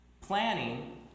Planning